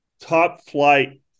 top-flight